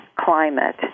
climate